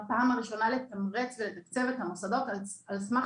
בפעם הראשונה לתמרץ ולתקצב את המוסדות על סמך